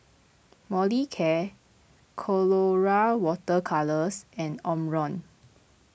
Molicare Colora Water Colours and Omron